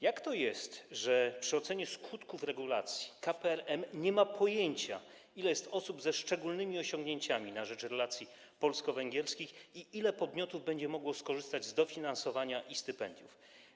Jak to jest, że przy ocenie skutków regulacji KPRM nie ma pojęcia, ile jest osób ze szczególnymi osiągnięciami na rzecz relacji polsko-węgierskich i ile podmiotów będzie mogło skorzystać z dofinansowania i ze stypendiów?